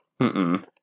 Mm-mm